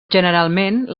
generalment